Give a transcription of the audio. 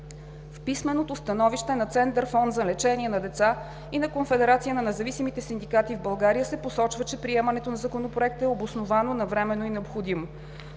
В писменото становище на Център „Фонд за лечение на деца“ и на Конфедерация на независимите синдикати в България се посочва, че приемането на Законопроекта е обосновано, навременно и необходимо.